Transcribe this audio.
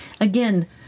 Again